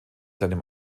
seinem